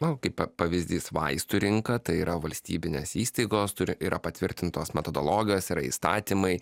nu kaip pavyzdys vaistų rinka tai yra valstybinės įstaigos turi yra patvirtintos metodologijos yra įstatymai